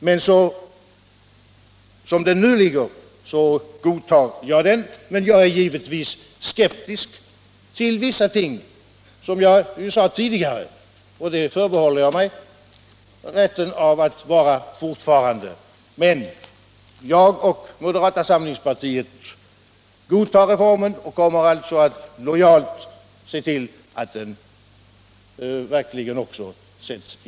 Som förslaget nu ligger godtar jag det, men jag är givetvis skeptisk till vissa ting, som jag sade tidigare, och det förbehåller jag mig rätten att vara fortfarande. Jag och moderata samlingspartiet godtar reformen och kommer också lojalt att se till att den verkligen sätts i verket.